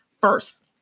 first